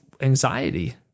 anxiety